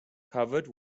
covered